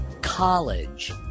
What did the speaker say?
College